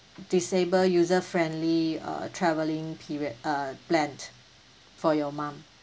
disable user friendly uh travelling period uh plan for your mum